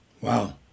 Wow